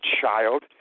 child